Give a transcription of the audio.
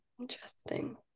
Interesting